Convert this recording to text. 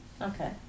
Okay